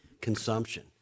consumption